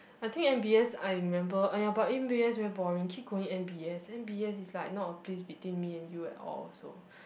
I think m_b_s I remember !aiya! but m_b_s very boring keep going m_b_s m_b_s is like not a place between me and you at all also